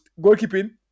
Goalkeeping